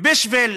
ובשביל